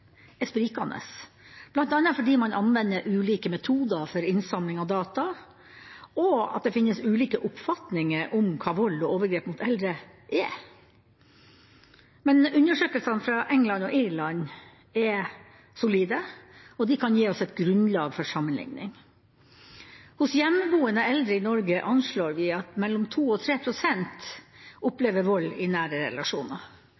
sprikende, bl.a. fordi man anvender ulike metoder for innsamling av data, og at det finnes ulike oppfatninger om hva vold og overgrep mot eldre er. Men undersøkelsene fra England og Irland er solide, og de kan gi oss et grunnlag for sammenlikning. Hos hjemmeboende eldre i Norge anslår vi at mellom 2 og 3 pst. opplever vold i nære relasjoner.